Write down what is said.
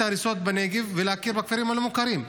ההריסות בנגב ולהכיר בכפרים הלא-מוכרים.